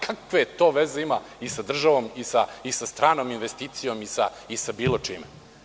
Kakve to veze ima i sa državom i sa stranom investicijom, i sa bilo čime.